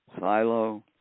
Silo